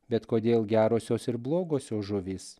bet kodėl gerosios ir blogosios žuvys